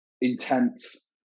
intense